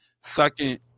Second